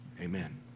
amen